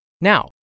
Now